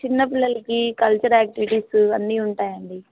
చిన్నపిల్లలకి culture activities అన్నీ ఉంటాయండి